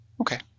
Okay